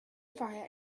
fire